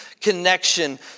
connection